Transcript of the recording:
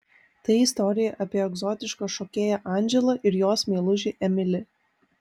tai istorija apie egzotišką šokėją andželą ir jos meilužį emilį